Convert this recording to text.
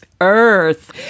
earth